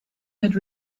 had